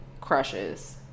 crushes